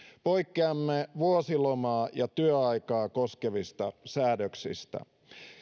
poikkeamme vuosilomaa ja työaikaa koskevista säädöksistä